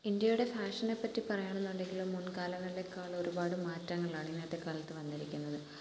ഇന്ത്യയുടെ ഫാഷനെ പറ്റി പറയുകയാണെന്നുണ്ടെങ്കിൽ മുൻകാലങ്ങളിലേക്കാൾ ഒരുപാട് മാറ്റങ്ങളാണ് ഇന്നത്തെ കാലത്ത് വന്നിരിക്കുന്നത്